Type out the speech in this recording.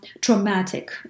traumatic